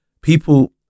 people